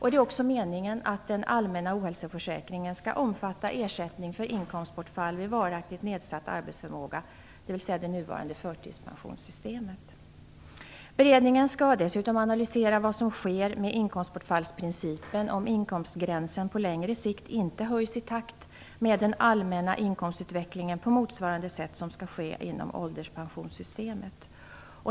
Det är också meningen att den allmänna ohälsoförsäkringen skall omfatta ersättning för inkomstbortfall vid varaktigt nedsatt arbetsförmåga, dvs. det nuvarande förtidspensionssystemet. Beredningen skall dessutom analysera vad som sker med inkomstbortfallsprincipen, om inkomstgränsen på längre sikt inte höjs i takt med den allmänna inkomstutvecklingen på motsvarande sätt som skall ske inom ålderspensionssystemet.